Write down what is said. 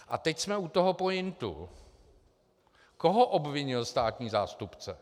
A teď jsme u toho pointu: Koho obvinil státní zástupce?